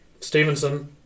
Stevenson